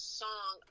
song